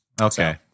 Okay